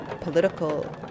political